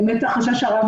החשש הרב